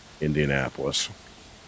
Indianapolis